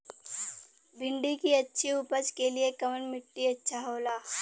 भिंडी की अच्छी उपज के लिए कवन मिट्टी अच्छा होला?